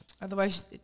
Otherwise